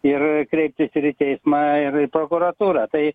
ir kreiptis ir į teismą ir į prokuratūrą tai